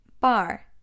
Bar